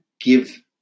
give